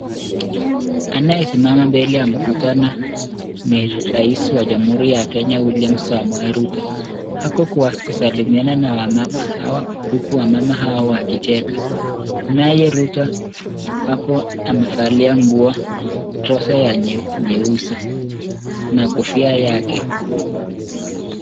Anaye simama mbele ya mkutano ni rais wa jamuhuri ya Kenya, William Samoei Ruto. Ako kwa kusalimiana na wamama hawa huku wamama hawa wakicheka. Naya Ruto ako amevalia nguo trouser ya nyeusi na kofia yake.